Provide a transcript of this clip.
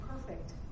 perfect